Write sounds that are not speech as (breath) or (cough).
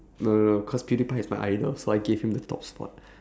no no no because pewdiepie is my idol so I gave him the top spot (breath)